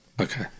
okay